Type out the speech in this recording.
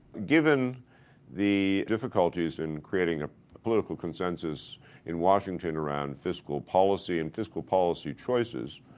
given the difficulties in creating a political consensus in washington around fiscal policy and fiscal policy choices,